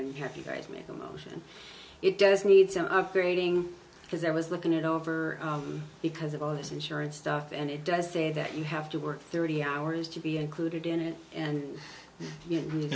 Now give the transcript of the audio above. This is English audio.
and have you guys make the motion it does need some upgrading because i was looking it over because of all this insurance stuff and it does say that you have to work thirty hours to be included in it and you normally